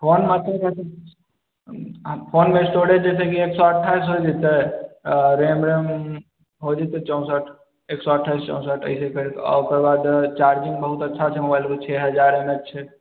फोनमे फोनमे स्टोरेज मतलब एक सए अठाइस जी बी हेतै आओर रैम वैम हो जेतै चौंसठ एक सए अठाइस चौसठ एहिसे करके ओकर बाद चारि जी बी मे बहुत अच्छा छै मोबाइल छै हजारमे छै